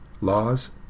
Laws